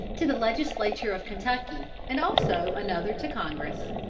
to the legislature of kentucky, and also another to congress.